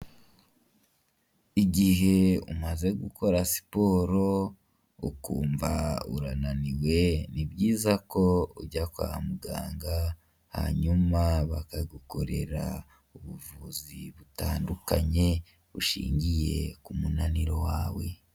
Igihe umaze gukora siporo ukumva urananiwe ni byiza ko ujya kwa muganga hanyuma bakagukorera ubuvuzi butandukanye bushingiye ku munaniro wawe.